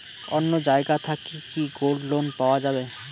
অন্য জায়গা থাকি কি গোল্ড লোন পাওয়া যাবে?